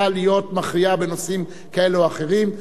להיות המכריעה בנושאים כאלה או אחרים.